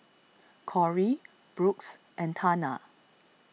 Kory Brooks and Tana